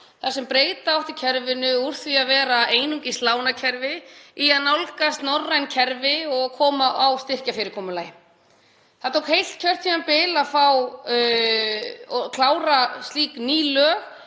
þar sem breyta átti kerfinu úr því að vera einungis lánakerfi í það að nálgast norræn kerfi og koma á styrkjafyrirkomulagi. Það tók heilt kjörtímabil að klára slík ný lög.